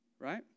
Right